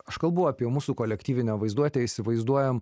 aš kalbu apie mūsų kolektyvinę vaizduotę įsivaizduojam